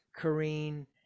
Kareen